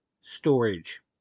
storage